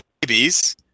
babies